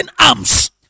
arms